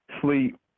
sleep